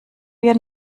wir